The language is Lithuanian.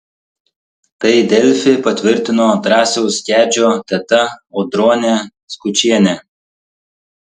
tai delfi patvirtino drąsiaus kedžio teta audronė skučienė